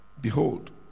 behold